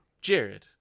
Jared